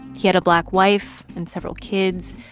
he had a black wife and several kids,